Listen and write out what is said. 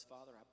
Father